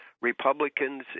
Republicans